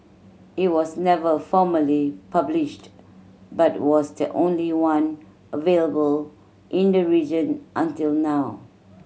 it was never formally published but was the only one available in the region until now